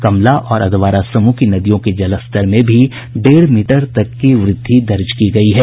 कमला और अधवारा समूह की नदियों के जलस्तर में भी डेढ़ मीटर तक की वृद्धि दर्ज की गयी है